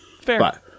Fair